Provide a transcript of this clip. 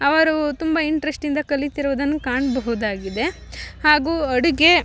ಅವರು ತುಂಬ ಇಂಟ್ರೆಸ್ಟಿಂದ ಕಲಿತಿರುವುದನ್ನು ಕಾಣಬಹುದಾಗಿದೆ ಹಾಗು ಅಡುಗೆ